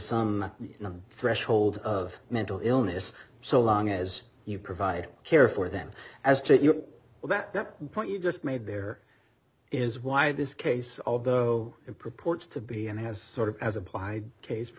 some threshold of mental illness so long as you provide care for them as to your point you just made here is why this case although it purports to be and has sort of has applied case for